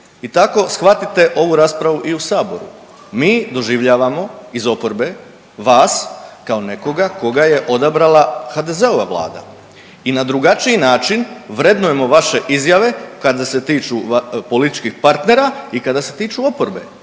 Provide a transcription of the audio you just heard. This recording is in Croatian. I tako shvatite ovu raspravu i u saboru. Mi doživljavamo iz oporbe vas kao nekoga koga je odabrala HDZ-ova Vlada i na drugačiji način vrednujemo vaše izjave kada se tiču političkih partnera i kada se tiču oporbe.